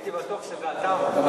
הייתי בטוח שזה אתה אמרת.